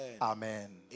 Amen